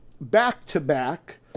Back-to-back